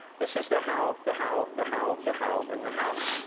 this is the how, the how, the how, the how, and the how.